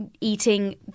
eating